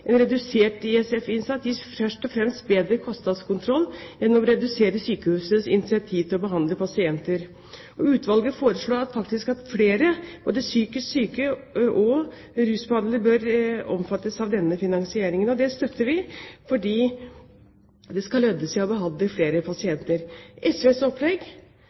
en redusert ISF-innsats først og fremst gir en bedre kostnadskontroll enn å redusere sykehusets incentiv til å behandle pasienter. Utvalget foreslo faktisk at flere, både psykisk syke og rusbehandlede, bør omfattes av denne finansieringen. Det støtter vi, fordi det skal lønne seg å behandle flere pasienter. SVs opplegg